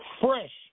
Fresh